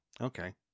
Okay